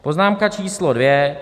Poznámka číslo dvě.